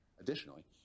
Additionally